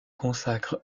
consacre